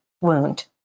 wound